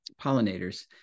pollinators